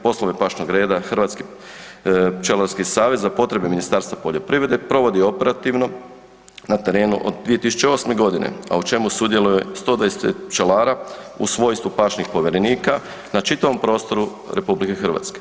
Poslove pašnog reda Hrvatski pčelarski savez za potrebe Ministarstva poljoprivrede provodi operativno na terenu od 2008.g., a u čemu sudjeluje 125 pčelara u svojstvu pašnih povjerenika na čitavom prostoru RH.